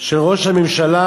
של ראש הממשלה,